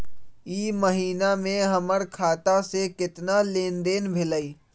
ई महीना में हमर खाता से केतना लेनदेन भेलइ?